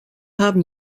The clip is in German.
haben